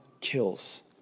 kills